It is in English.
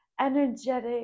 energetic